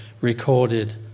recorded